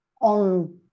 On